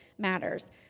matters